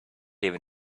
even